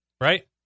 right